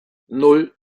nan